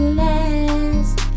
last